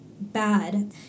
bad